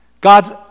God's